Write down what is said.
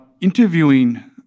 interviewing